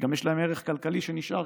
ויש להן גם ערך כלכלי שנשאר,